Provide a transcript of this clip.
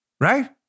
Right